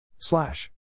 Slash